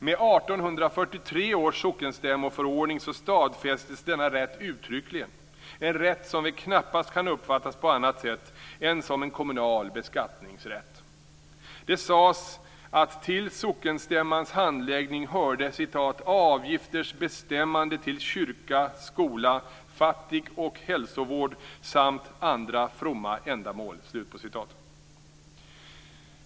Med 1843 års sockenstämmoförordning stadfästes denna rätt uttryckligen - en rätt som väl knappast kan uppfattas på annat sätt än som en kommunal beskattningsrätt. Det sades att till sockenstämmans handläggning hörde "avgifters bestämmande till kyrka, skola, fattigoch hälsovård samt andra fromma ändamål".